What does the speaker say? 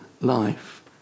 life